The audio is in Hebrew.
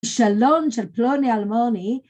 שלום של פלוני אלמוני.